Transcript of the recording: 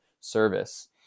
service